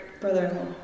brother-in-law